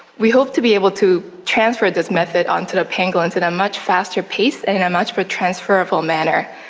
we hope to be able to transfer this method onto the pangolins in a much faster pace and in a much more but transferable manner.